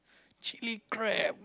chilli crab